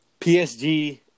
PSG